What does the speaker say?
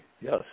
yes